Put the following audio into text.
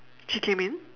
she came in